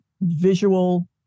visual